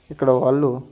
ఇక్కడ వాళ్ళు